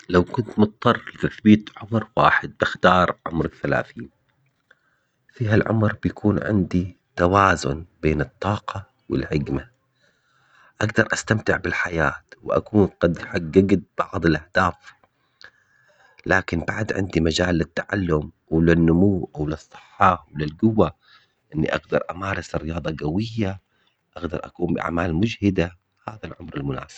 لو كنت مضطر لتثبيت عمر واحد بختار عمر الثلاثين. في هالعمر بيكون عندي توازن بين الطاقة والعجمة. اقدر استمتع بالحياة واكون قد حققت بعض الاهداف. لكن بعد عندي مجال للتعلم وللنمو وللقوة اني اقدر امارس رياضة قوية اقدر اقوم باعمال مجهدة هذا العمر المناسب